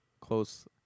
close